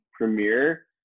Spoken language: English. Premiere